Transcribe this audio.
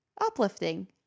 uplifting